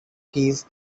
keys